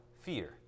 Fear